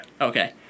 Okay